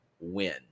win